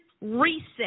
reset